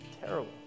Terrible